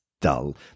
Dull